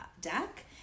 deck